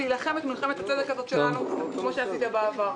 להילחם את מלחמת הצדק הזאת שלנו כפי שעשית בעבר.